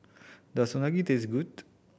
does Unagi taste good